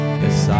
yes